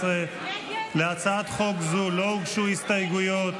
14). להצעת חוק זו לא הוגשו הסתייגויות,